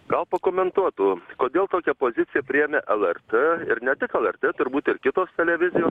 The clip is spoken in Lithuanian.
gal pakomentuotų kodėl tokią poziciją priėmė lrt ir ne tik lrt turbūt ir kitos televizijos